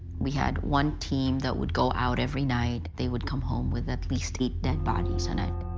we had one team that would go out every night, they would come home with at least eight dead bodies a night.